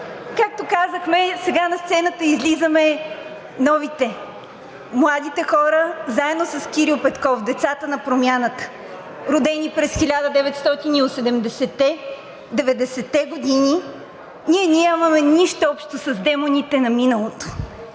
Както казахме, сега на сцената излизаме новите, младите хора, заедно с Кирил Петков – децата на промяната. Родени през 1980-те, 90-те години, ние нямаме нищо общо с демоните на миналото.